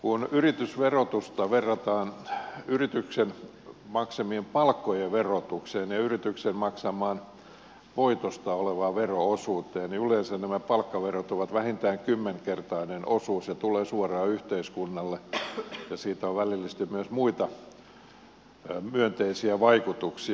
kun yritysverotusta verrataan yrityksen maksamien palkkojen verotukseen ja yrityksen maksamaan voitosta olevaan vero osuuteen niin yleensä nämä palkkaverot ovat vähintään kymmenkertainen osuus ja tulevat suoraan yhteiskunnalle ja siitä on välillisesti myös muita myönteisiä vaikutuksia